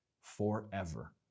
forever